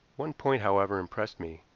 one point, however, impressed me.